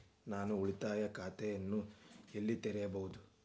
ನಾನು ಉಳಿತಾಯ ಖಾತೆಯನ್ನು ಎಲ್ಲಿ ತೆರೆಯಬಹುದು?